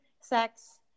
sex